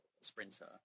sprinter